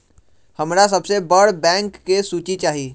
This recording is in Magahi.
हमरा सबसे बड़ बैंक के सूची चाहि